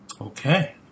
Okay